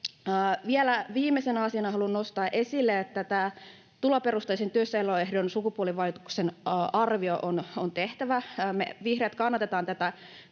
Vielä viimeisenä asiana haluan nostaa esille, että tuloperustaisen työssäoloehdon sukupuolivaikutuksen arvio on tehtävä. Me vihreät kannatetaan